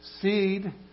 Seed